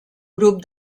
grup